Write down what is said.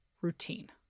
routine